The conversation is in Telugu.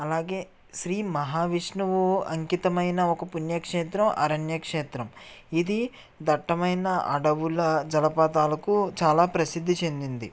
అలాగే శ్రీ మహావిష్ణువు అంకితమయిన ఒక పుణ్యక్షేత్రం అరణ్య క్షేత్రం ఇది దట్టమైన అడవుల జలపాతాలకు చాలా ప్రసిద్ధి చెందింది